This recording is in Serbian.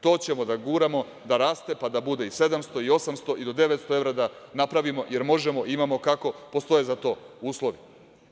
To ćemo da guramo, da raste, pa da bude i 700 i 800 i do 900 evra da napravimo, jer možemo, imamo kako, postoje za to uslovi.